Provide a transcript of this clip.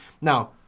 Now